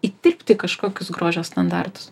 įtilpti į kažkokius grožio standartus